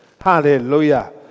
Hallelujah